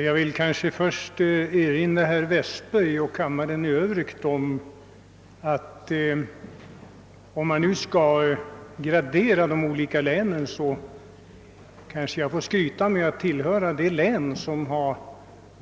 Herr talman! Jag vill först erinra herr Westberg i Ljusdal och kammarens ledamöter i övrigt om att jag för min del kan skryta med att representera det län som har